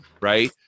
Right